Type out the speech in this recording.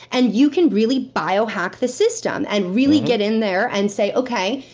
and you can really biohack the system, and really get in there and say, okay,